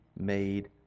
made